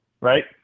right